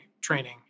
training